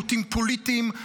מוטים פוליטית,